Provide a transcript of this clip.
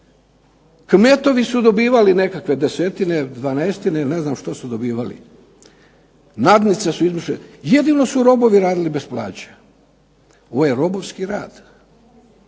kmetovi su dobivali nekakve desetine, dvanaestine ili ne znam što su dobivali, nadnice, jedino su robovi radili bez plaće. Ovo je robovski rad